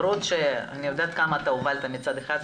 אני יודעת כמה הובלת מצד אחד,